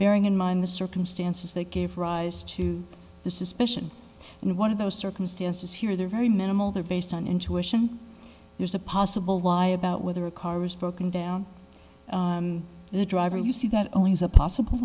bearing in mind the circumstances that gave rise to the suspicion and one of those circumstances here they're very minimal they're based on intuition there's a possible lie about whether a car was broken down the driver you see that only as a possible